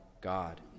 God